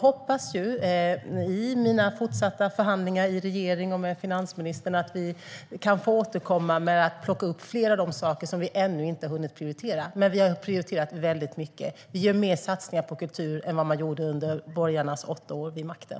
Inför mina fortsatta förhandlingar i regeringen och med finansministern hoppas jag att vi kan få återkomma och plocka upp fler av de saker som vi ännu inte hunnit prioritera. Men vi har prioriterat väldigt mycket. Vi gör mer satsningar på kultur än vad man gjorde under borgarnas åtta år vid makten.